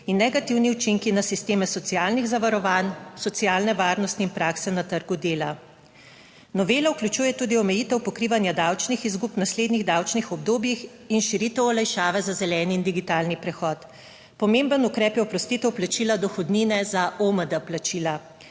in negativni učinki na sisteme socialnih zavarovanj, socialne varnosti in prakse na trgu dela. Novela vključuje tudi omejitev pokrivanja davčnih izgub v naslednjih davčnih obdobjih in širitev olajšave za zeleni in digitalni prehod. Pomemben ukrep je oprostitev plačila dohodnine za OMD plačila.